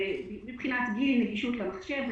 מבחינת גיל ונגישות למחשב,